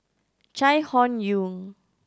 Chai Hon Yoong